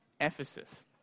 Ephesus